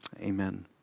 Amen